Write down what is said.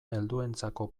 helduentzako